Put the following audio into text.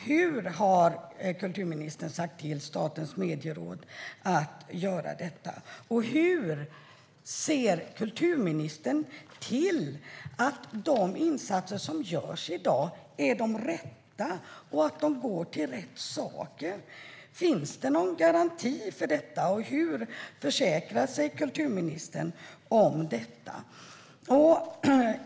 Hur har kulturministern sagt till Statens medieråd att göra detta? Hur ser kulturministern till att de insatser som görs i dag är de rätta och att de går till rätt saker? Finns någon garanti? Hur försäkrar sig kulturministern om detta?